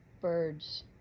birds